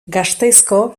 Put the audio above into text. gasteizko